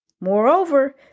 Moreover